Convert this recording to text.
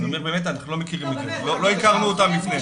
באמת אנחנו לא מכירים ולא הכרנו אותם לפני.